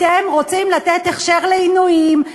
אתם רוצים לתת הכשר לעינויים,